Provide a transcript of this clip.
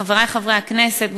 חברי חברי הכנסת,